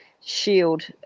shield